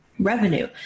Revenue